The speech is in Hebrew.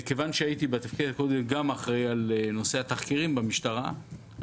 כיוון שבתפקיד הקודם הייתי גם אחראי על נושא התחקירים במשטרה אני